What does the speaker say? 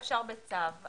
אפשר בצו.